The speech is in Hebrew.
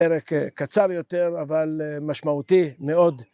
פרק קצר יותר, אבל משמעותי מאוד.